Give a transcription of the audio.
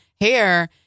hair